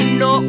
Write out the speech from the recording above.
no